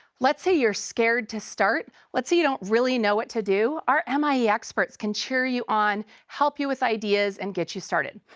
let's say you're scared to start, let's say you don't really know what to do. our um mie experts can cheer you on, help you with ideas, and get you started.